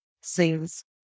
seems